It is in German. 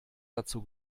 dazu